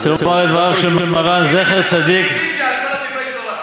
אני מבקש רוויזיה על כל דברי התורה.